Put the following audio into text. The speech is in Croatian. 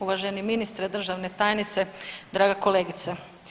Uvaženi ministre, državna tajnice, draga kolegice.